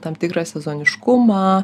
tam tikrą sezoniškumą